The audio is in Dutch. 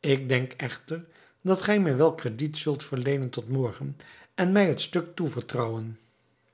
ik denk echter dat gij mij wel crediet zult verleenen tot morgen en mij het stuk toevertrouwen